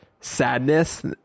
sadness